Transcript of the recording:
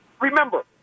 Remember